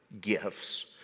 gifts